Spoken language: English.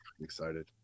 excited